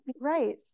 Right